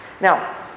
Now